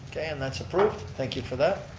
okay, and that's approved, thank you for that.